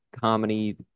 comedy